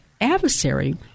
adversary